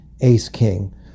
ace-king